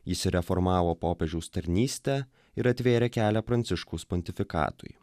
jis reformavo popiežiaus tarnystę ir atvėrė kelią pranciškaus pontifikatui